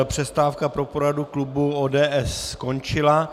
Přestávka po poradu klubu ODS skončila.